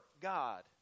God